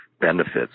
benefits